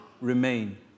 remain